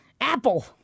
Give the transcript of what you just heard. Apple